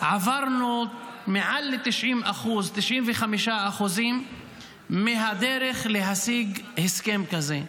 --עברנו מעל ל-90%, 95% מהדרך להשיג הסכם כזה.